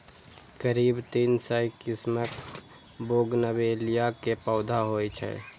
करीब तीन सय किस्मक बोगनवेलिया के पौधा होइ छै